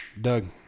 Doug